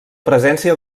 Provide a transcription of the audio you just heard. presència